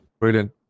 Brilliant